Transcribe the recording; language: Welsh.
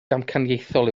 damcaniaethol